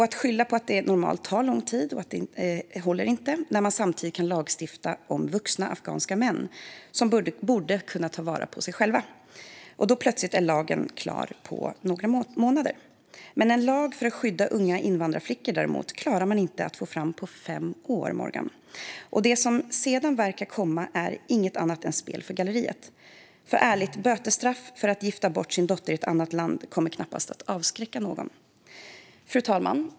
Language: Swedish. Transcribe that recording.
Att skylla på att det normalt tar lång tid håller inte när man samtidigt kan lagstifta om vuxna afghanska män som borde kunna ta vara på sig själva och den lagen plötsligt är klar på några månader. En lag för att skydda unga invandrarflickor däremot klarar man inte av att få fram på fem år. Det som sedan verkar komma är inget annat än spel för galleriet. Bötesstraff för att gifta bort sin dotter i annat land kommer, ärligt talat, knappast att avskräcka någon. Fru talman!